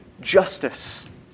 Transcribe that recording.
justice